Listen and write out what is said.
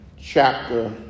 chapter